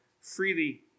freely